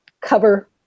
cover